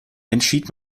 entschied